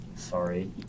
sorry